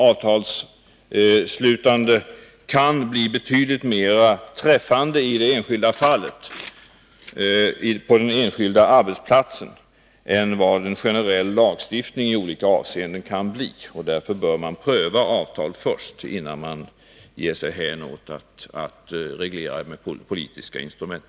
Avtalsslutande kan bli betydligt mer träffande i det enskilda fallet, på den enskilda arbetsplatsen, än vad en generell lagstiftning i olika avseenden kan bli. Därför bör man pröva avtal först innan man ger sig hän åt att reglera med politiska instrument.